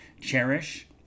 cherish